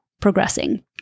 Progressing